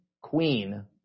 queen